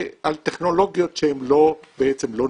על טכנולוגיות שלא נוסו.